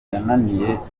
iwabo